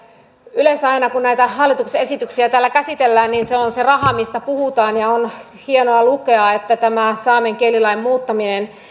yleensä aina kun näitä hallituksen esityksiä täällä käsitellään se on se raha mistä puhutaan ja on hienoa lukea tästä saamen kielilain muuttamisesta